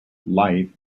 life